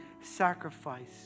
sacrifice